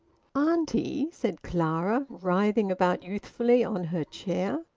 auntie, said clara, writhing about youthfully on her chair.